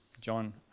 John